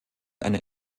eine